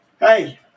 Hey